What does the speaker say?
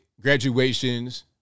graduations